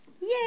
Yay